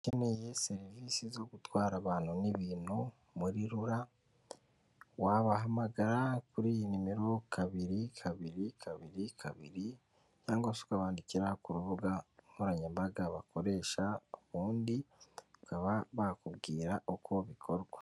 Ukeneye serivise zo gutwara abantu n'ibintu muri rura wabahamagara kuri iyi nimero kabiri kabiri kabiri kabiri cyangwa se ukabandikira ku rubuga nkoranyambaga bakoresha ubundi bakaba bakubwira uko bikorwa.